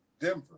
Denver